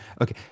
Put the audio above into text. okay